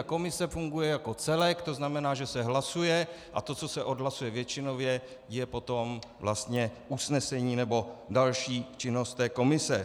Komise funguje jako celek, to znamená, že se hlasuje a to, co se odhlasuje většinově, je potom vlastně usnesení nebo další činnost komise.